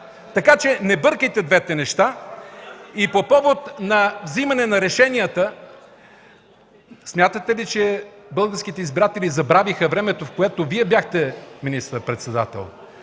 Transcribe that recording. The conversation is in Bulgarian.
за Вас. Не бъркайте двете неща! По повод на взимане на решенията, смятате ли, че българските избиратели забравиха времето, в което Вие бяхте министър-председател?